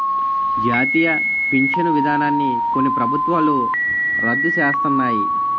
జాతీయ పించను విధానాన్ని కొన్ని ప్రభుత్వాలు రద్దు సేస్తన్నాయి